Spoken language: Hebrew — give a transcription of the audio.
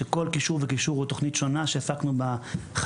שכל קישור וקישור היא תוכנית שונה שעסקנו בחמש,